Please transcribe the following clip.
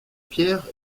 pierre